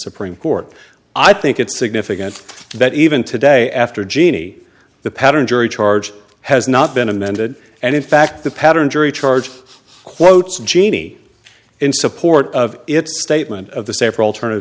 supreme court i think it's significant that even today after jeannie the pattern jury charge has not been amended and in fact the pattern jury charges quotes from cheney in support of it statement of the safer alternative